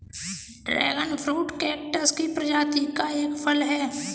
dragon fruit cactus की प्रजाति का एक फल है